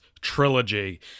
trilogy